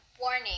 Warning